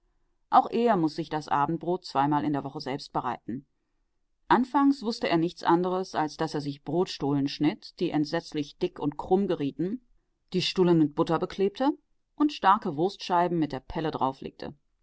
auch er muß sich das abendbrot zweimal in der woche selbst bereiten anfangs wußte er nichts anderes als daß er sich brotstullen schnitt die entsetzlich dick und krumm gerieten die stullen mit butter beklebte und starke wurstscheiben mit der pelle